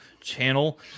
channel